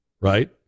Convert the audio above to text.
right